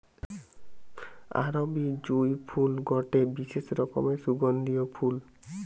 আরবি জুঁই ফুল গটে বিশেষ রকমের সুগন্ধিও ফুল